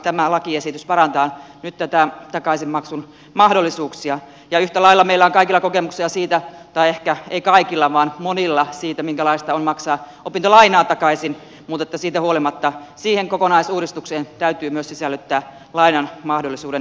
tämä lakiesitys parantaa nyt takaisinmaksun mahdollisuuksia ja yhtä lailla meillä on kaikilla kokemuksia siitä tai ehkä ei kaikilla vaan monilla minkälaista on maksaa opintolainaa takaisin mutta siitä huolimatta siihen kokonaisuudistukseen täytyy myös sisällyttää lainan mahdollisuuden kannustavuus